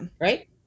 Right